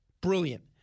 Brilliant